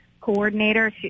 coordinator